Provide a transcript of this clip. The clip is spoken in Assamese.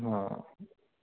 অ'